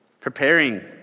Preparing